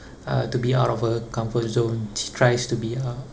uh to be out of her comfort zone she tries to be a